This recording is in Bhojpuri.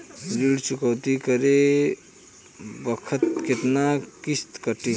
ऋण चुकौती करे बखत केतना किस्त कटी?